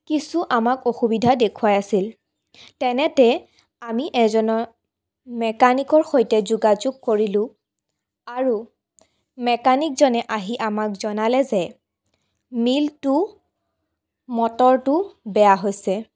কিছু আমাক অসুবিধা দেখুৱাই আছিল তেনেতে আমি এজন মেকানিকৰ সৈতে যোগাযোগ কৰিলোঁ আৰু মেকানিকজনে আহি আমাক জনালে যে মিলটো মটৰটো বেয়া হৈছে